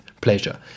pleasure